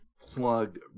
plug